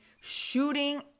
shooting